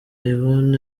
yvonne